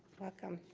welcome,